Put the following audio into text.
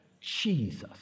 Jesus